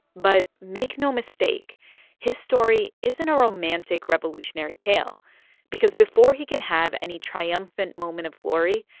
but make no mistake his story isn't a romantic revolutionary tale because before he can have any triumphant moment of glory,